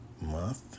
month